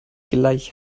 gleich